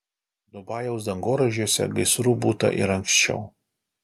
dubajaus dangoraižiuose gaisrų būta ir anksčiau